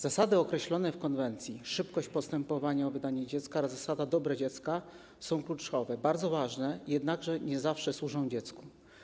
Zasady określone w konwencji, szybkość postępowania o oddanie dziecka oraz zasada dobra dziecka są kluczowe, bardzo ważne, jednakże nie zawsze służą dziecku.